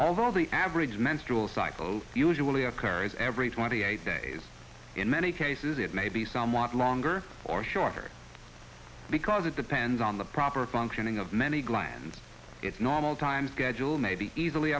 although the average menstrual cycle usually occurs every twenty eight days in many cases it may be somewhat longer or shorter because it depends on the proper functioning of many glands its normal time schedule may be easily